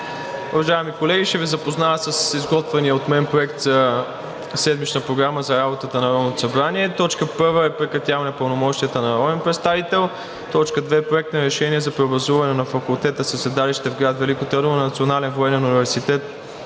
Уважаеми колеги, ще Ви запозная с изготвения от мен проект за седмична Програма за работата на Народното събрание: „1. Прекратяване пълномощията на народен представител. 2. Проект на решение за преобразуване на факултета със седалище в град Велико Търново на Национален военен университет